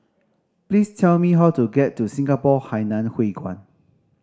please tell me how to get to Singapore Hainan Hwee Kuan